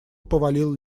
повалил